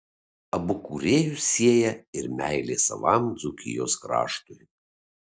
abu kūrėjus sieja ir meilė savam dzūkijos kraštui